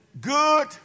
Good